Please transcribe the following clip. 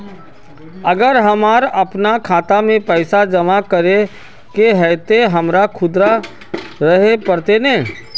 अगर हमर अपना खाता में पैसा जमा करे के है ते हमरा खुद रहे पड़ते ने?